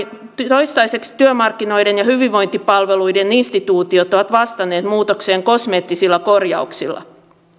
toistaiseksi työmarkkinoiden ja hyvinvointipalveluiden instituutiot ovat vastanneet muutokseen kosmeettisilla korjauksilla